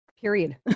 period